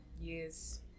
Yes